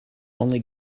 only